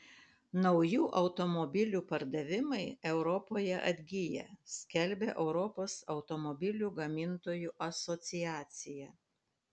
naujų automobilių pardavimai europoje atgyja skelbia europos automobilių gamintojų asociacija